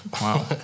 Wow